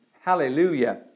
Hallelujah